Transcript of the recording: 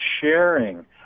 sharing